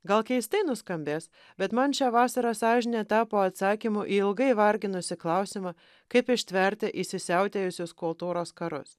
gal keistai nuskambės bet man šią vasarą sąžinė tapo atsakymu į ilgai varginusį klausimą kaip ištverti įsisiautėjusius kultūros karus